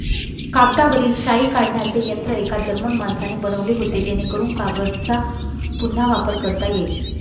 कागदावरील शाई काढण्याचे यंत्र एका जर्मन माणसाने बनवले होते जेणेकरून कागदचा पुन्हा वापर करता येईल